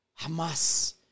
Hamas